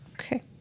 Okay